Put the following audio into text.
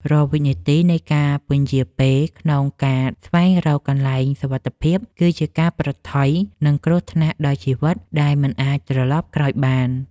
រាល់វិនាទីនៃការពន្យារពេលក្នុងការស្វែងរកកន្លែងសុវត្ថិភាពគឺជាការប្រថុយនឹងគ្រោះថ្នាក់ដល់ជីវិតដែលមិនអាចត្រឡប់ក្រោយបាន។